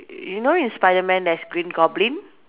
you know in spider man there's green goblin